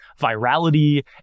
virality